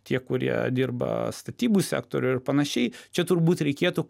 tie kurie dirba statybų sektoriuj ir panašiai čia turbūt reikėtų